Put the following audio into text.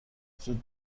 زود